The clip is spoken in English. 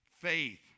Faith